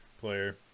player